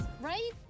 Right